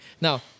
Now